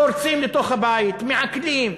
פורצים לתוך הבית, מעקלים,